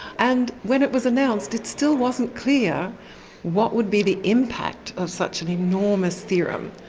and when it was announced it still wasn't clear what would be the impact of such an enormous theorem,